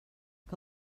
que